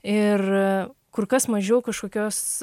ir kur kas mažiau kažkokios